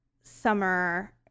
summer